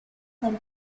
del